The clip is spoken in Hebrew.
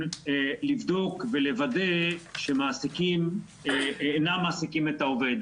לבדוק ולוודא שמעסיקים אינם מעסיקים את העובד.